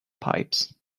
pipes